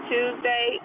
Tuesday